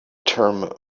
term